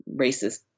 racist